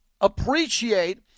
appreciate